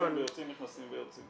נכנסים ויוצאים, נכנסים ויוצאים.